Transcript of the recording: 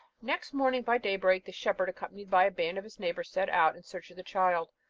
next morning by daybreak, the shepherd, accompanied by a band of his neighbours, set out in search of the child,